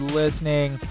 listening